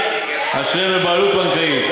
אשר הן בבעלות בנקאית.